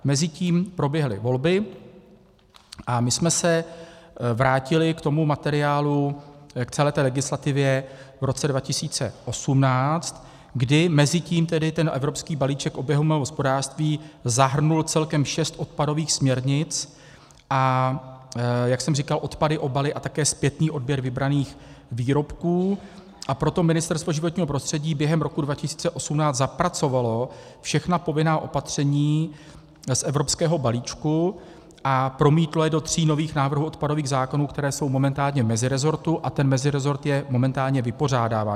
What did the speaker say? Mezitím proběhly volby a my jsme se vrátili k tomu materiálu, k celé té legislativě v roce 2018, kdy mezitím tedy ten evropský balíček oběhového hospodářství zahrnul celkem šest odpadových směrnic, a jak jsem říkal, odpady, obaly a také zpětný odběr vybraných výrobků, a proto Ministerstvo životního prostředí během roku 2018 zapracovalo všechna povinná opatření z evropského balíčku a promítlo je do tří nových návrhů odpadových zákonů, které jsou momentálně v mezirezortu, a ten mezirezort je momentálně vypořádává.